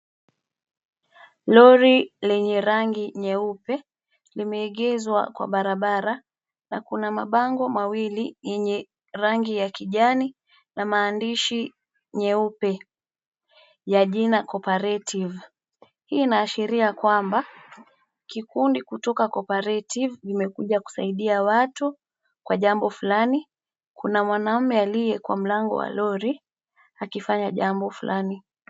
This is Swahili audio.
Lori lenye rangi nyeupe limeegezwa kwa barabara na kuna mabango mawili yenye rangi ya kijani na maandishi nyeupe ya jina Cooperative. Hii inaashiria kwamba, kikundi kutoka Cooperative vimekuja kusaidia watu kwa jambo fulani. Kuna mwanaume aliye kwa mlango wa lori akifanya jambo fulani.